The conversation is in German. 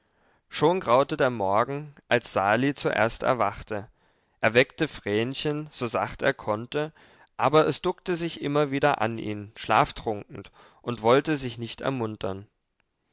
schon graute der morgen als sali zuerst erwachte er weckte vrenchen so sacht er konnte aber es duckte sich immer wieder an ihn schlaftrunken und wollte sich nicht ermuntern